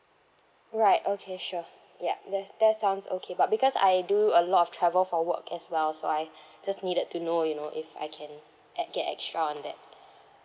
right okay sure yup that that sounds okay but because I do a lot of travel for work as well so I just needed to know you know if I can add get extra on that